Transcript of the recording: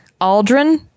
Aldrin